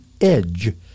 edge